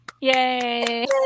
Yay